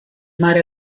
mare